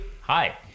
Hi